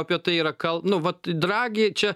apie tai yra nu vat dragi čia